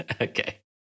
Okay